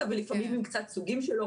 ולפעמים עם קצת סוגים שלו,